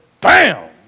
bam